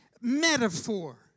metaphor